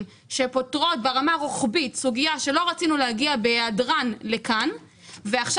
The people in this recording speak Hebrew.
שפותרים ברמה הרוחבית סוגיה שלא רצינו להגיע בהיעדרן לכאן ועכשיו